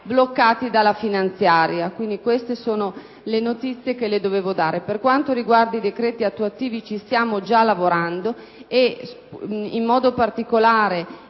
bloccati dalla finanziaria. Queste sono le notizie che le dovevo fornire. Per quanto riguarda i decreti attuativi, ci stiamo gia lavorando e, in particolare,